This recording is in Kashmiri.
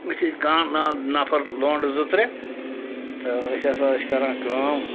أسۍ ٲسۍ نَفر لونٛڈٕ زٕ ترٛےٚ تہٕ أسۍ ہَسا ٲسۍ کَران کٲم